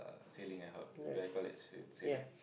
uh sailing ah how do I call it sail sailing